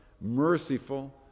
merciful